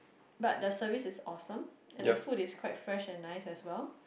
but the service is awesome and the food is quite fresh and nice as well